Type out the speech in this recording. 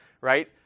right